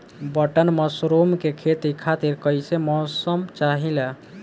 Button mushroom के खेती खातिर कईसे मौसम चाहिला?